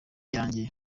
yanjye